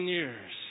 years